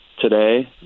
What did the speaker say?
today